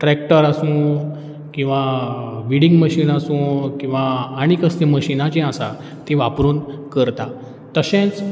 tractor आसूं किंवा weeding machine आसूं किंवां आनी कसलीं मशिनां जीं आसा तीं वापरून करता तशेंच